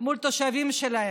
מול התושבים שלהם,